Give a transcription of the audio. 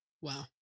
Wow